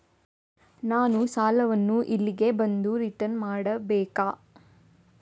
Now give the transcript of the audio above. ನಾನು ಸಾಲವನ್ನು ಇಲ್ಲಿಗೆ ಬಂದು ರಿಟರ್ನ್ ಮಾಡ್ಬೇಕಾ?